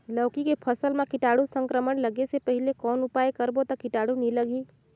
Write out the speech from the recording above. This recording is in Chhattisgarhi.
लौकी के फसल मां कीटाणु संक्रमण लगे से पहले कौन उपाय करबो ता कीटाणु नी लगही?